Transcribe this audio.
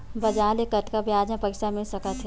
बजार ले कतका ब्याज म पईसा मिल सकत हे?